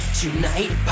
tonight